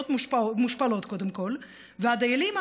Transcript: קודם כול הדיילות מושפלות,